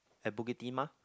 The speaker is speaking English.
at Bukit-Timah